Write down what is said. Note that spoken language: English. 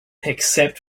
except